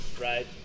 right